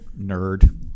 Nerd